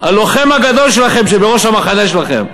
הלוחם הגדול שלכם, שבראש המחנה שלכם.